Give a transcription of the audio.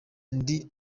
ndi